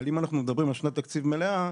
אבל אם אנחנו מדברים על שנת תקציב מלאה,